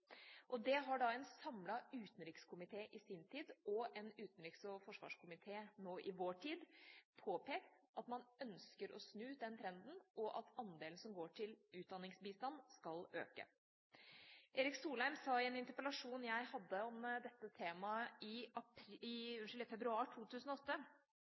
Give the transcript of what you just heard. En samlet utenrikskomité i sin tid og en utenriks- og forsvarskomité nå i vår tid har påpekt at man ønsker å snu den trenden, og at andelen som går til utdanningsbistand, skal øke. Erik Solheim sa i en interpellasjon jeg hadde om dette temaet i februar 2008: